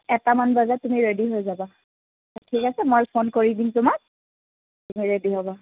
এটামান বজাত তুমি ৰেডি হৈ যাবা ঠিক আছে মই ফোন কৰি দিম তোমাক তুমি ৰেডি হ'বা